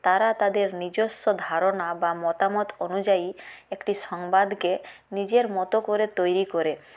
তারা তাদের নিজস্ব ধারণা বা মতামত অনুযায়ী একটি সংবাদকে নিজের মতো করে তৈরি করে